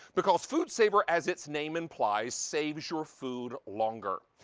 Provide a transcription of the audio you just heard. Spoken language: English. because foodsaver as its name implies, saves your food longer.